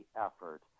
effort